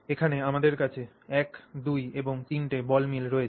এখানে আমাদের কাছে 1 2 এবং 3 টি বল মিল রয়েছে